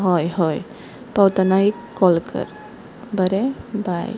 हय हय पावतना एक कॉल कर बरें बाय